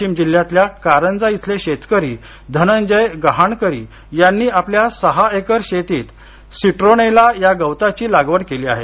वाशीम जिल्ह्याताल्या कारंजा इथले शेतकरी धनंजय गहाणकरी यांनी आपल्या सहा एकर शेतीत सिट्रोनेला या गवताची लागवड केली आहे